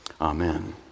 Amen